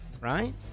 right